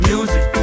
Music